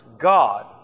God